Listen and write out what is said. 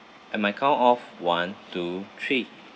at my count of one two three